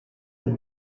the